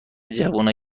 جوونای